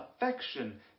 affection